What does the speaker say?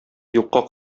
юкка